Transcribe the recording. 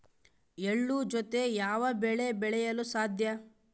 ಎಳ್ಳು ಜೂತೆ ಯಾವ ಬೆಳೆ ಬೆಳೆಯಲು ಸಾಧ್ಯ?